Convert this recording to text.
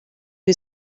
who